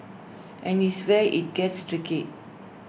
and is where IT gets tricky